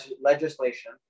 legislation